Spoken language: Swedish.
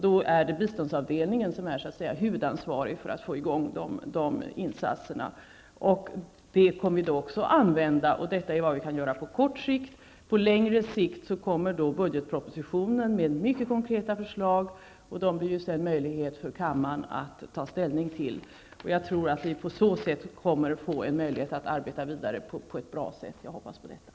Det är då biståndsavdelningen som är huvudansvarig för att få i gång de insatserna. Det kommer vi också att använda. Detta är vad vi kan göra på kort sikt. På längre sikt kommer budgetpropositionen med mycket konkreta förslag. Dem blir det sedan möjlighet för kammaren att ta ställning till. Jag tror att vi på så sätt kommer att få en möjlighet att arbeta vidare på ett bra sätt. Jag hoppas på detta.